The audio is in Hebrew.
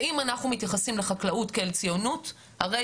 ואם אנחנו מתייחסים לחקלאות כציונות הרי